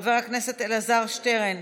חבר הכנסת אלעזר שטרן,